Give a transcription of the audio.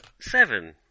Seven